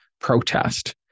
protest